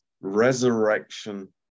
resurrection